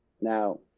Now